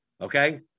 Okay